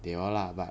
they all lah but